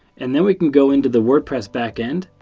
and then we can go into the wordpress back end.